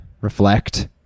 reflect